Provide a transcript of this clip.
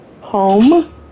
Home